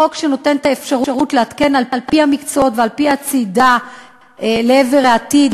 חוק שנותן את האפשרות לעדכן על-פי המקצועות ועל-פי הצעידה לעבר העתיד,